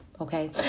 Okay